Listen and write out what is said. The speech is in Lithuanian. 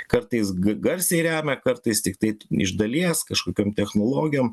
kartais garsiai remia kartais tiktai iš dalies kažkokiom technologijom